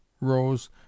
rose